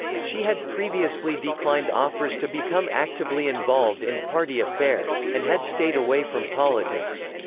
she had previously declined offers to become actively involved in party affairs, and had stayed away from politics.